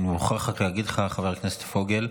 אני רק מוכרח להגיד לך, חבר הכנסת פוגל,